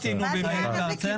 אתה יודע מה זה כיבוש?